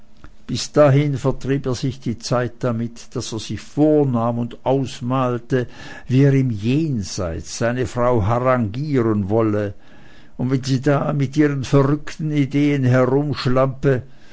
bis dahin vertrieb er sich die zeit damit daß er sich vornahm und ausmalte wie er im jenseits seine frau haranguieren wolle wenn sie da mit ihren verrückten ideen